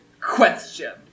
question